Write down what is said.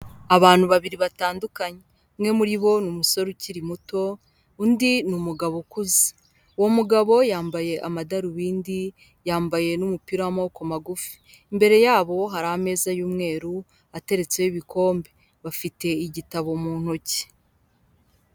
Abantu babiri batandukanye, umwe muri bo ni umusore ukiri muto, undi ni umugabo ukuze, uwo mugabo yambaye amadarubindi, yambaye n'umupira w'amaboko magufi, imbere yabo hari ameza y'umweru ateretseho ibikombe, bafite igitabo mu ntoki.